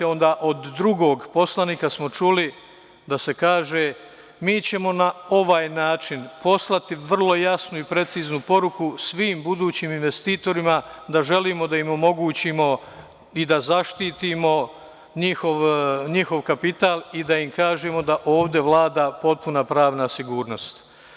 Onda od drugog poslanika smo čuli da se kaže – mi ćemo na ovaj način poslati vrlo jasnu i preciznu poruku svim budućim investitorima da želimo da im omogućimo i da zaštitimo njihov kapital i da im kažemo da ovde vlada potpuno pravna sigurnost.